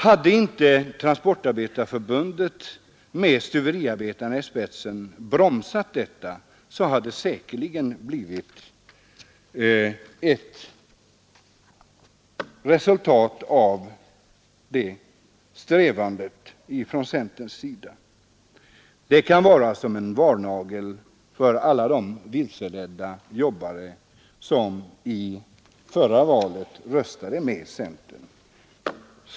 Hade inte Transportarbetareförbundet med stuveriarbetarna i spetsen bromsat detta, hade centerns strävanden säkerligen givit resultat. Det kan utgöra en varnagel för alla de vilseledda jobbare som i senaste valet röstade med centern.